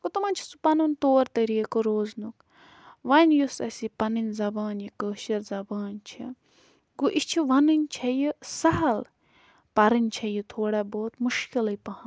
گوٚو تِمَن چھِ سُہ پَنُن طور طٔریٖقہٕ روزنُک وۄنۍ یُس اَسہِ یہِ پَنٕنۍ زَبان یہِ کٲشٕر زَبان چھِ گوٚو یہِ چھِ وَنٕنۍ چھےٚ یہِ سَہل پَرٕنۍ چھےٚ یہِ تھوڑا بہت مُشکِلٕے پَہم